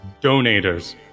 donators